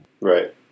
Right